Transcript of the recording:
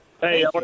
hey